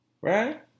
Right